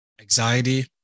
anxiety